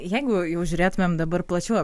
jeigu jau žiūrėtumėm dabar plačiau